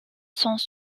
sans